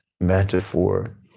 metaphor